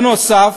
נוסף